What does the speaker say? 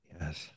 Yes